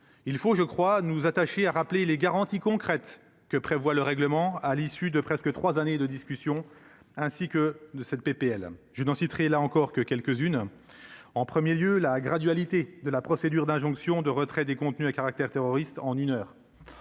il faut je crois nous attacher à rappeler les garanties concrètes que prévoit le règlement, à l'issue de presque 3 années de discussions ainsi que de cette PPL, je n'en citerai là encore que quelques-unes en 1er lieu la gradually es de la procédure d'injonction de retrait des contenus à caractère terroriste en une heure,